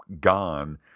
Gone